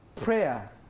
Prayer